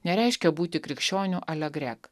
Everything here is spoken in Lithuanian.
nereiškia būti krikščioniu alegrek